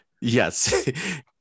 Yes